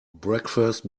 breakfast